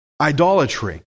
Idolatry